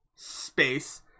Space